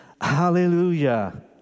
Hallelujah